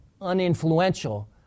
uninfluential